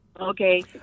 Okay